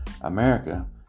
America